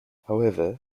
however